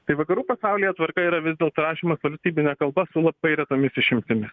tai vakarų pasaulyje tvarka yra vis dėlto rašymas valstybine kalba su labai retomis išimtimis